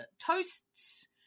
toasts